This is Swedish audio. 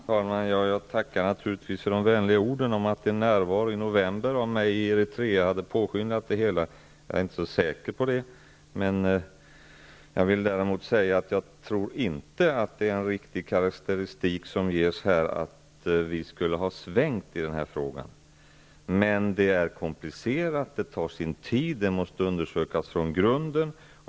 Fru talman! Jag tackar naturligtvis för de vänliga orden om att min närvaro i november i Eritrea skulle ha påskyndat det hela. Jag är inte så säker på det. Däremot vill jag säga att jag tror inte att det är en riktig karakteristik som ges när Eva Johansson säger att vi skulle ha svängt i frågan. Arbetet är komplicerat, det tar sin tid och saken måste undersökas från grunden.